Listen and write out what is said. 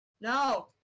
No